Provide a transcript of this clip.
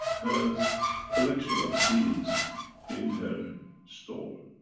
has collection of seeds in her store.